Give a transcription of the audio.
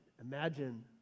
imagine